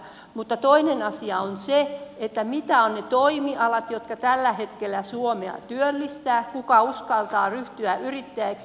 mutta toinen asia on se mitkä ovat ne toimialat jotka tällä hetkellä suomea työllistävät kuka uskaltaa ryhtyä yrittäjäksi